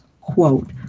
quote